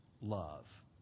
love